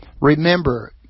Remember